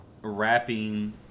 rapping